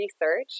research